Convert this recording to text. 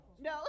No